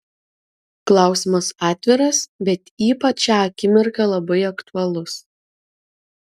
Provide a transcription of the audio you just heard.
klausimas atviras bet ypač šią akimirką labai aktualus